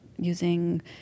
using